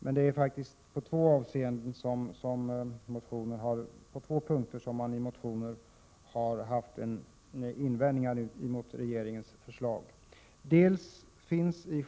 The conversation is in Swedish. På två punkter har det i väckta motioner framförts invändningar mot regeringens förslag.